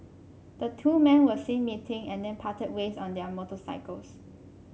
the two men were seen meeting and then parted ways on their motorcycles